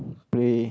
play